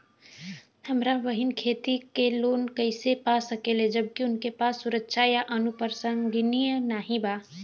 हमार बहिन खेती के लोन कईसे पा सकेली जबकि उनके पास सुरक्षा या अनुपरसांगिक नाई बा?